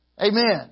Amen